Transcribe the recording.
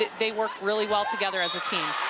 they work really well together as a team.